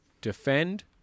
defend